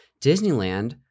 Disneyland